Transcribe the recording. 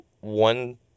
one